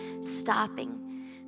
stopping